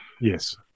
Yes